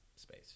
Space